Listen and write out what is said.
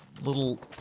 little